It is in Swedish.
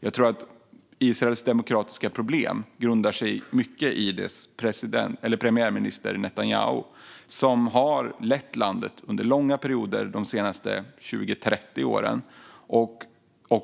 Jag tror att Israels demokratiska problem grundar sig mycket i premiärminister Netanyahu, som har lett landet under långa perioder de senaste 20-30 åren och